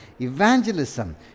Evangelism